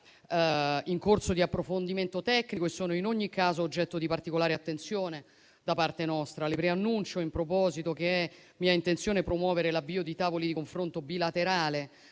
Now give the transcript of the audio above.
in corso di approfondimento tecnico e sono in ogni caso oggetto di particolare attenzione da parte nostra. Le preannuncio in proposito che è mia intenzione promuovere l'avvio di tavoli di confronto bilaterale